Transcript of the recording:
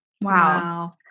Wow